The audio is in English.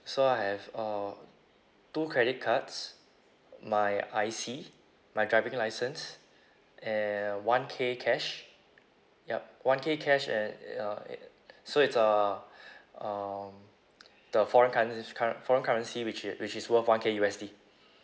so I have uh two credit cards my I_C my driving license and one K cash yup one K cash and it uh it so it's uh um the foreign cur~ foreign currency which i~ which is worth one K U_S_D